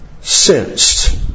Sensed